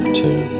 two